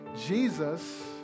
Jesus